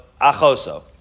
Achoso